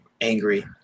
angry